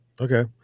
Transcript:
Okay